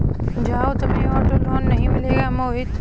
जाओ, तुम्हें auto loan नहीं मिलेगा मोहित